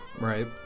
Right